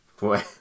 boy